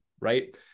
right